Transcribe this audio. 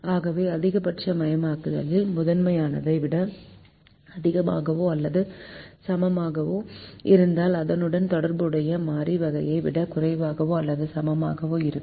ஆகவே அதிகபட்சமயமாக்கலில் முதன்மையானதை விட அதிகமாகவோ அல்லது சமமாகவோ இருந்தால் அதனுடன் தொடர்புடைய மாறி வகையை விட குறைவாகவோ அல்லது சமமாகவோ இருக்கும்